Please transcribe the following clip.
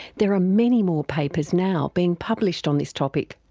there are many more papers now being published on this topic.